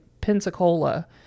Pensacola